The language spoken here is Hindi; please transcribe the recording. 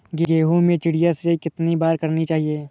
गेहूँ में चिड़िया सिंचाई कितनी बार करनी चाहिए?